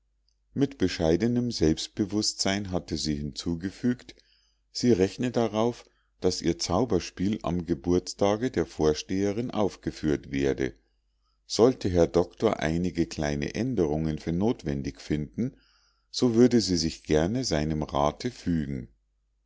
mit bescheidenem selbstbewußtsein hatte sie hinzugefügt sie rechne darauf daß ihr zauberspiel am geburtstage der vorsteherin aufgeführt werde sollte herr doktor einige kleine aenderungen für notwendig finden so würde sie sich gern seinem rate fügen